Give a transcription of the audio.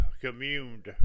communed